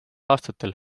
aastatel